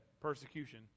persecution